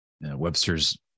Webster's